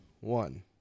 One